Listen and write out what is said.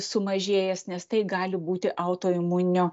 sumažėjęs nes tai gali būti autoimuninio